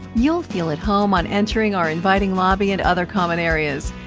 you'll feel at home on entering our inviting lobby and other common areas,